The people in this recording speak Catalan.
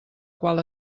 qual